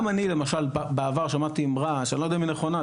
גם אני למשל בעבר שמעתי אמרה שאני לא יודע אם היא נכונה,